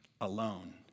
alone